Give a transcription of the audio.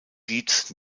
dietz